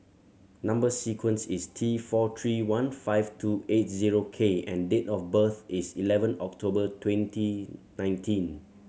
number sequence is T four three one five two eight zero K and date of birth is eleven October twenty nineteen